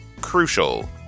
Crucial